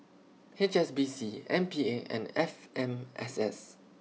H S B C M P A and F M S S